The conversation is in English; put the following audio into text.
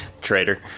traitor